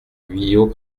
guyot